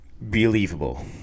believable